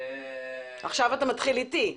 -- עכשיו אתה מתחיל איתי.